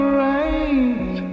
right